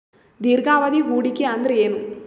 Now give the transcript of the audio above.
ದೀರ್ಘಾವಧಿ ಹೂಡಿಕೆ ಅಂದ್ರ ಏನು?